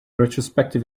retrospective